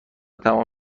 تمام